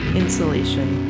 insulation